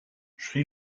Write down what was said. sri